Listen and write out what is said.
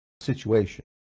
situation